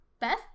Beth